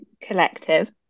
Collective